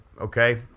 Okay